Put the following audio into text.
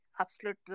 absolute